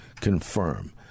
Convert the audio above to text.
confirm